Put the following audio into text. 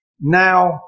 now